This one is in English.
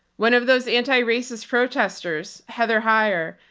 one of those anti-racist protesters, heather heyer,